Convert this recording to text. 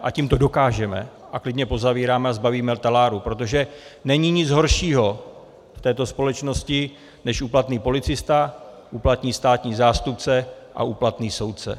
Ať jim to dokážeme a klidně je pozavíráme a zbavíme taláru, protože není nic horšího v této společnosti než úplatný policista, úplatný státní zástupce a úplatný soudce.